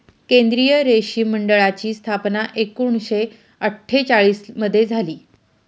केंद्रीय रेशीम मंडळाची स्थापना एकूणशे अट्ठेचालिश मध्ये झाली